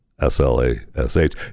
S-L-A-S-H